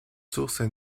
sources